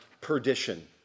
perdition